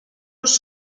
los